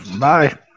Bye